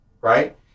right